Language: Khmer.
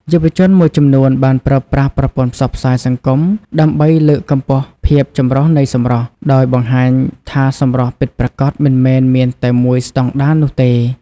យុវជនមួយចំនួនបានប្រើប្រាស់ប្រព័ន្ធផ្សព្វផ្សាយសង្គមដើម្បីលើកកម្ពស់ភាពចម្រុះនៃសម្រស់ ដោយបង្ហាញថាសម្រស់ពិតប្រាកដមិនមែនមានតែមួយស្តង់ដារនោះទេ។